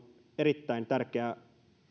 erittäin tärkeä